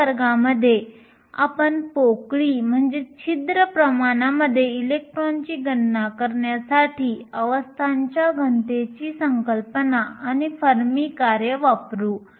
पुढील वर्गात आपण पोकळी प्रमाणामध्ये इलेक्ट्रॉनची गणना करण्यासाठी अवस्थांच्या घनतेच्या संकल्पना आणि फर्मी कार्ये वापरू